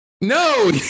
No